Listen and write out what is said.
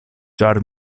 ĉar